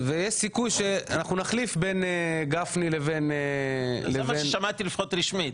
ויש סיכוי שאנחנו נחליף בין גפני לבין -- זה מה ששמעתי לפחות רשמית,